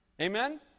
Amen